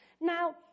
Now